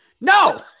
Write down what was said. No